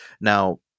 Now